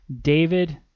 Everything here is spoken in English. David